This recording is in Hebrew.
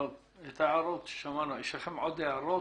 יש לכם עוד הערות?